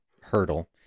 hurdle